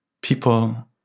People